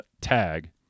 tag